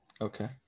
Okay